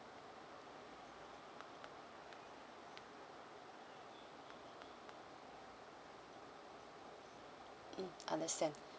mm understand